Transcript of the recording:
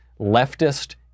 leftist